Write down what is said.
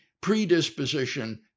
predisposition